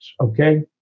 Okay